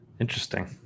Interesting